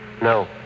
No